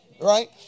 Right